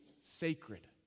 sacred